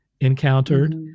encountered